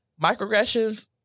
microaggressions